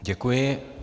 Děkuji.